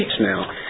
now